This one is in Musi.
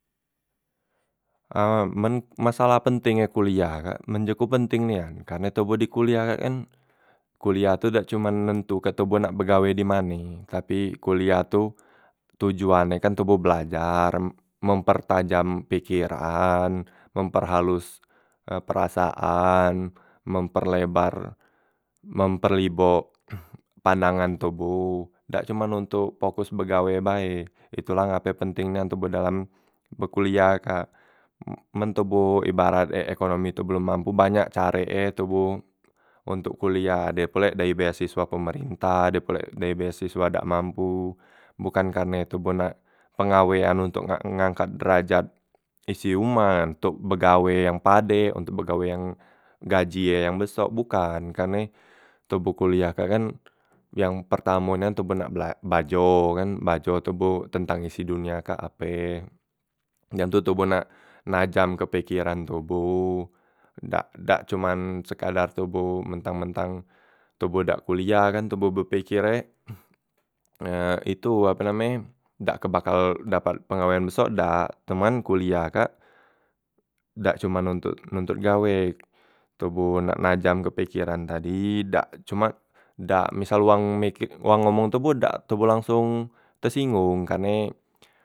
Amem men masalah penteng e koliah kak, men je ku penteng nian, karne toboh di koliah kak kan koliah tu dak cuman nentukke toboh nak begawe dimane tapi kuliah tu tojoan e kan toboh belajar, mem mempertajam pikiran, memperhalus perasaan, memperlebar memperlibo pandangan toboh dak cuman ontok pokus begawe bae, itu la ngape penteng nian toboh dalam be koliah kak, men toboh ibarat e ekonomi tu belom mampu banyak carek e toboh ontok koliah de pulek dayi beasiswa pemerintah de pulek dayi beasiswa dak mampu, bokan karne toboh nak pengawean ontok nak nga ngangkat derajat isi umah ontok begawe e yang padek, ontok begawe yang gaji e yang besok bukan, karne toboh kuliah kak kan yang pertamo nian toboh nak bela belajo belajo toboh tentang isi dunia kak ape, dem tu toboh nak najamke pikiran toboh, dak dak cuman sekadar toboh mentang- mentang toboh dak koliah kan toboh bepeker e itu ape name e dak kebakal dapat pengawean besok dak, cuman kuliah kak dak cuman ontok nontot nontot gawe toboh nak najamke pikiran tadi dak cumak dak misal luang miki wang ngomong tu dak toboh dak langsong tesinggung karne.